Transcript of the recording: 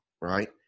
right